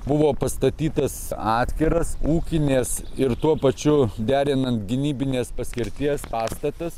buvo pastatytas atskiras ūkinės ir tuo pačiu derinant gynybinės paskirties pastatas